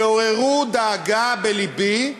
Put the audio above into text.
שעוררו דאגה בלבי,